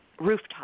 rooftop